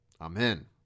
Amen